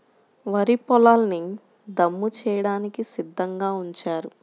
వరి పొలాల్ని దమ్ము చేయడానికి సిద్ధంగా ఉంచారు